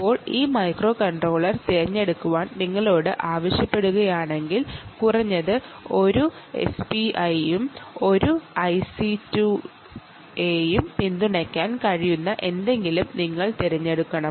ഇപ്പോൾ ഈ മൈക്രോകൺട്രോളർ തിരഞ്ഞെടുക്കാൻ നിങ്ങളോട് ആവശ്യപ്പെടുകയാണെങ്കിൽ കുറഞ്ഞത് 1 എസ്പിഐയെയും ഒരു I2C യെയും pp amപിന്തുണയ്ക്കാൻ കഴിയുന്ന എന്തെങ്കിലും നിങ്ങൾ തിരഞ്ഞെടുക്കണം